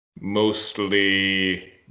mostly